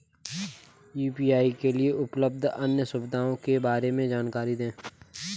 UPI के लिए उपलब्ध अन्य सुविधाओं के बारे में जानकारी दें?